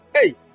Hey